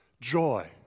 joy